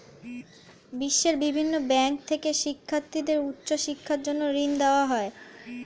বিশ্বের বিভিন্ন ব্যাংক থেকে শিক্ষার্থীদের উচ্চ শিক্ষার জন্য ঋণ দেওয়া হয়